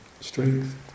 strength